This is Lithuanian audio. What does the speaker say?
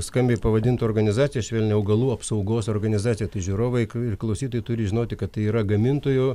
skambiai pavadintu organizacija švelniai augalų apsaugos organizacija tai žiūrovai ir klausytojai turi žinoti kad tai yra gamintojo